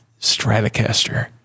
Stratocaster